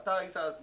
אתה היית אז בממשלה,